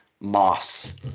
Moss